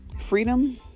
freedom